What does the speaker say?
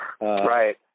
Right